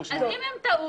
יוגשו --- אז אם הם טעו,